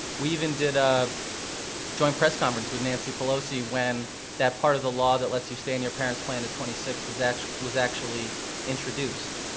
we even did a joint press conference with nancy pelosi when that part of the law that lets you stay on your parents' plan to twenty six was actually was actually introduced,